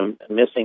missing